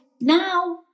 now